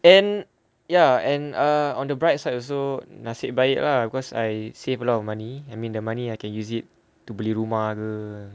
and ya and err on the bright side also nasib baik lah cause I save a lot of money I mean the money I can use it to beli rumah ke